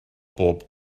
bob